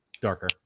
Darker